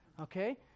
okay